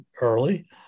early